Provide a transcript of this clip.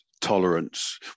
tolerance